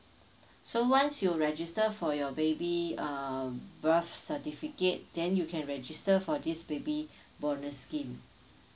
so once you register for your baby um birth certificate then you can register for this baby bonus scheme